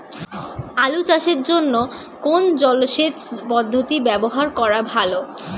আলু চাষের জন্য কোন জলসেচ পদ্ধতি ব্যবহার করা ভালো?